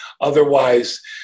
Otherwise